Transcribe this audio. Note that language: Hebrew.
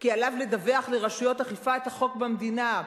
חובה עליו לדווח לרשויות אכיפת החוק במדינה,